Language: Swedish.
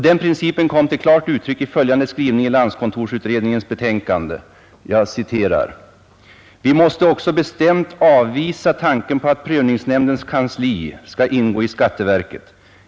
Den principen kommer till klart uttryck i följande skrivning i landskontorsutredningens betänkande: ”Vi måste också bestämt avvisa tanken på att prövningsnämndens kansli skall ingå i skatteverket.